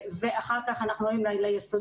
ואחר כך אנחנו עולים ליסודי.